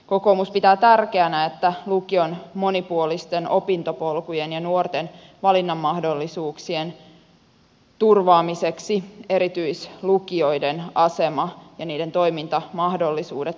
kokoomus pitää tärkeänä että lukion monipuolisten opintopolkujen ja nuorten valinnanmahdollisuuksien turvaamiseksi erityislukioiden asema ja niiden toimintamahdollisuudet varmistetaan